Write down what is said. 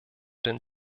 den